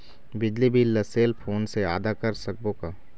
बिजली बिल ला cell phone से आदा कर सकबो का?